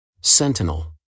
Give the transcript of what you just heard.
Sentinel